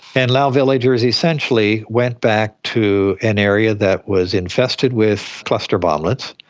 and lao villagers essentially went back to an area that was infested with cluster bomblets,